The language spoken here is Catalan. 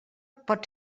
pot